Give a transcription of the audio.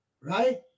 right